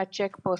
מהצ'ק פוסט,